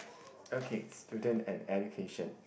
okay student and education